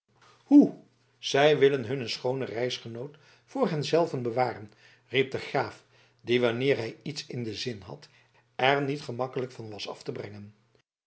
hoe zij willen hunne schoone reisgenoot voor hen zelven bewaren riep de graaf die wanneer hij iets in den zin had er niet gemakkelijk van was af te brengen